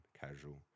casual